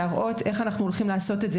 להראות איך אנחנו הולכים לעשות את זה,